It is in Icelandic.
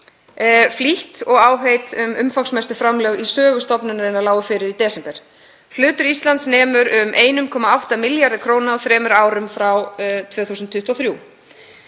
flýtt og áheit um umfangsmestu framlög í sögu stofnunarinnar lágu fyrir í desember. Hlutur Íslands nemur um 1,8 milljörðum kr. á þremur árum frá 2023.